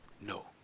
No